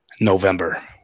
November